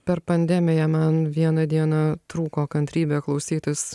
per pandemiją man vieną dieną trūko kantrybė klausytis